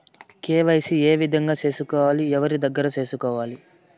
KYC ఏ విధంగా సేసుకోవాలి? ఎవరి దగ్గర సేసుకోవాలి?